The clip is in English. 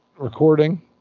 Recording